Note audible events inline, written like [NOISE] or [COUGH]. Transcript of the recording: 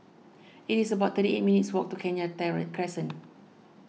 it is about thirty eight minutes' walk to Kenya [UNINTELLIGIBLE] Crescent